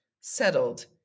settled